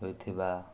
ହୋଇଥିବା